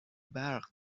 برق